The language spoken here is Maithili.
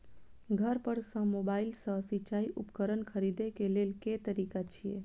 घर पर सऽ मोबाइल सऽ सिचाई उपकरण खरीदे केँ लेल केँ तरीका छैय?